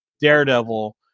Daredevil